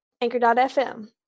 Anchor.fm